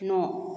न'